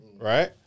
right